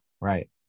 Right